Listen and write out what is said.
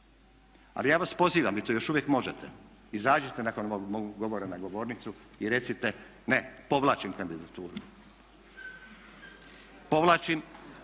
Ali ja vas pozivam, vi to još uvijek možete, izađite nakon mog govora na govornicu i recite ne, povlačim kandidaturu. Povlačim,